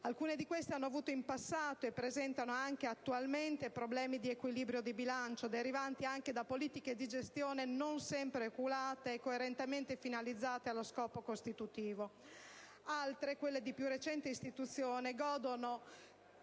Alcune di queste hanno avuto in passato, e presentano anche attualmente, problemi di equilibrio di bilancio, derivanti anche da politiche di gestione non sempre oculate e coerentemente finalizzate allo scopo costitutivo. Altre, quelle di più recente istituzione, godono,